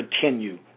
continue